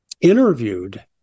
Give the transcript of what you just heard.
interviewed